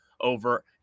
over